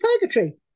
purgatory